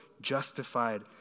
justified